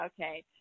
okay